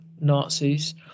Nazis